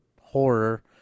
horror